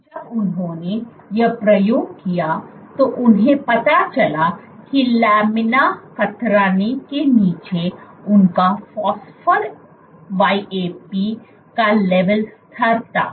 जब उन्होंने यह प्रयोग किया तो उन्हें पता चला कि लामिना कतरनी के नीचे उनका फॉस्फोर YAP का लेवल स्तर था